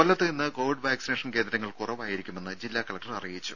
കൊല്ലത്ത് ഇന്ന് covid vaccination കേന്ദ്രങ്ങൾ കുറവായിരിക്കുമെന്ന് ജില്ലാ കലക്ടർ അറിയിച്ചു